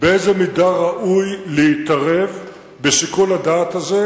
באיזו מידה ראוי להתערב בשיקול הדעת הזה,